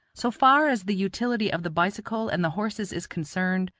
so far as the utility of the bicycle and the horses is concerned,